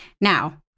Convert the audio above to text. Now